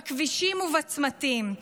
בכבישים ובצמתים.